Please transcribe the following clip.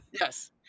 Yes